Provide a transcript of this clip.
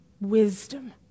wisdom